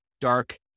dark